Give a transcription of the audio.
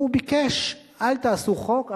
והוא ביקש: אל תעשו חוק,